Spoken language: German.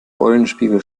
eulenspiegel